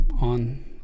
on